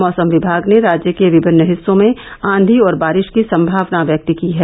मौसम विभाग ने राज्य के विभिन्न हिस्सों में आंघी और बारिश की संभावना व्यक्त की है